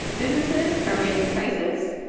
businesses are raising prices?